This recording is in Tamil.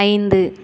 ஐந்து